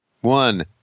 one